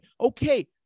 Okay